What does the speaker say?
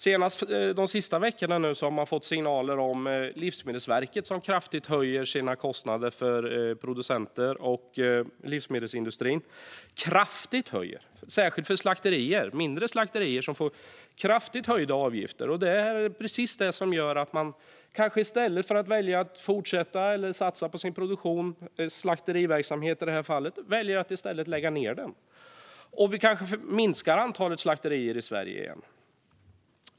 Senast de sista veckorna har man fått signaler från Livsmedelsverket som kraftigt höjer sina kostnader för producenter och livsmedelsindustrin. Det är en kraftig höjning, särskilt för mindre slakterier som får kraftigt höjda avgifter. Det är precis sådant som gör att man kanske i stället för att välja att fortsätta och satsa på sin produktion, i det här fallet slakteriverksamhet, lägger ned. Vi kanske på så sätt minskar antalet slakterier i Sverige igen.